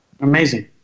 Amazing